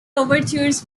overtures